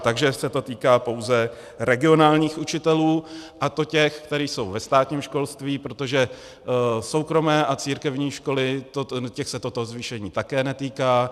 Takže se to týká pouze regionálních učitelů, a to těch, kteří jsou ve státním školství, protože soukromé a církevní školy, těch se toto zvýšení také netýká.